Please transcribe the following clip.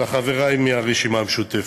לחברי מהרשימה המשותפת.